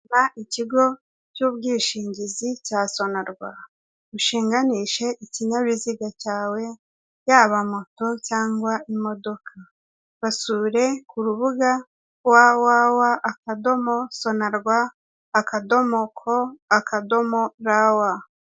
Gana ikigo cy'ubwishingizi cya sonarwa ushinganishe ikinyabiziga cyawe yaba moto cyangwa imodoka, basure ku rubuga wawawa akadomo sonarwa akadomo come akodomo rw.